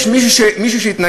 יש מישהו שיתנגד?